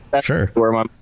Sure